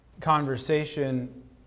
conversation